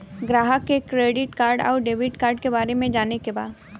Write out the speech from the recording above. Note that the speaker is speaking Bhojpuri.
ग्राहक के क्रेडिट कार्ड और डेविड कार्ड के बारे में जाने के बा?